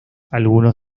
algunos